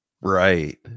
Right